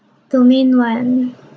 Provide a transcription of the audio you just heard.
domain one